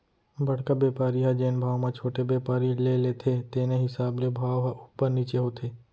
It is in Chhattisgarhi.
बड़का बेपारी ह जेन भाव म छोटे बेपारी ले लेथे तेने हिसाब ले भाव ह उपर नीचे होथे